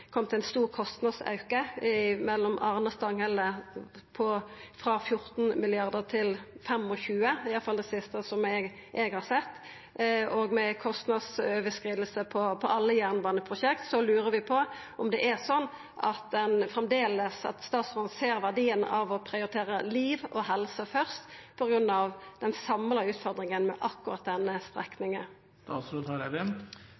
i alle fall det siste som eg har sett. Med ei kostnadsoverskriding på alle jernbaneprosjekt lurer vi på om statsråden ser verdien av å prioritera liv og helse først på grunn av den samla utfordringa med akkurat denne